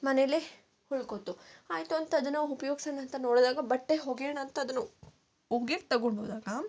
ಮನೇಲ್ಲೇ ಉಳ್ಕೊತು ಆಯ್ತು ಅಂತ ಅದನ್ನು ಉಪ್ಯೋಗ್ಸೋಣ ಅಂತ ನೋಡ್ದಾಗ ಬಟ್ಟೆ ಒಗ್ಯೋಣ ಅಂತದು ಒಗ್ಯೋಕ್ಕೆ ತೊಗೊಂಡೋದಾಗ